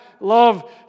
love